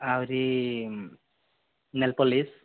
ଆହୁରି nail polish